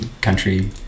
country